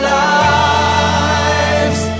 lives